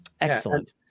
Excellent